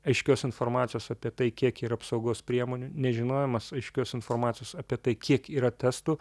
aiškios informacijos apie tai kiek yra apsaugos priemonių nežinojimas aiškios informacijos apie tai kiek yra testų